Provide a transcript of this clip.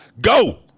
Go